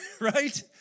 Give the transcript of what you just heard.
right